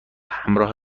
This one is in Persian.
همراه